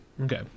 Okay